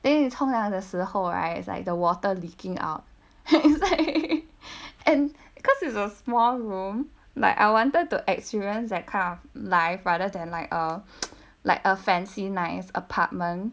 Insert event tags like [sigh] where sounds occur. then 你冲凉的时候 right it's like the water leaking out [laughs] and because it's a small room like I wanted to experience that kind of life rather than like a like a fancy nice apartment